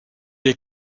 est